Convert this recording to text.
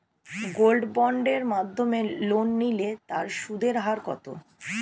Gold বন্ডের মাধ্যমে loan নিলে তার সুদের হার কত?